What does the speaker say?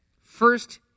first